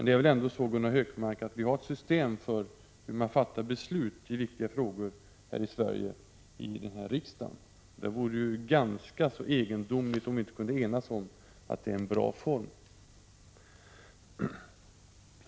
Det är väl ändå så, Gunnar Hökmark, att vi genom denna riksdag har ett system för hur man fattar beslut i viktiga frågor här i Sverige? Det vore väl ganska egendomligt om vi inte kunde enas om att det är en bra form.